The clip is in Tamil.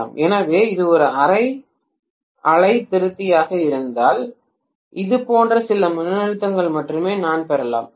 எனவே இது ஒரு அரை அலை திருத்தியாக இருந்தால் இது போன்ற சில மின்னழுத்தங்களை மட்டுமே நான் பெறலாம் சரி